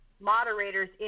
moderators